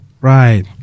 Right